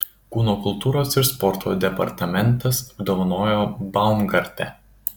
kūno kultūros ir sporto departamentas apdovanojo baumgartę